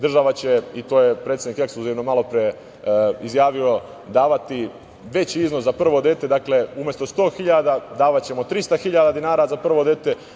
Država će, i to je predsednik ekskluzivno malo pre izjavio, davati veći iznos za prvo dete, umesto 100 hiljada davaćemo 300 hiljada dinara za prvo dete.